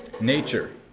nature